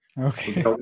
Okay